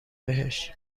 بهش